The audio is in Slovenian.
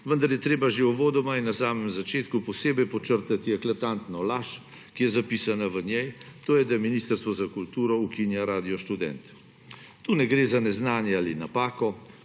vendar je treba že uvodoma in na samem začetku posebej podčrtati eklatantno laž, ki je zapisana v njej, to je, da Ministerstvo za kulturo ukinja Radio Študent. Tukaj ne gre za neznanje ali napako,